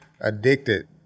addicted